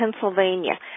Pennsylvania